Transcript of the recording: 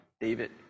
David